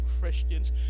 Christians